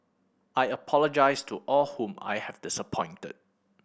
I apologise to all whom I have disappointed